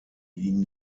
liegen